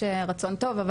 יש רצון טוב,